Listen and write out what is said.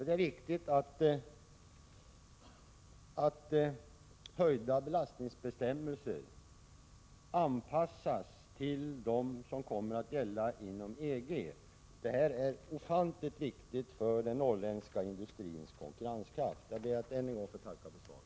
Det är viktigt att bestämmelser om höjd belastning anpassas till de bestämmelser som kommer att gälla inom EG. Det är ofantligt viktigt för den norrländska industrins konkurrenskraft. Jag ber att än en gång få tacka för svaret.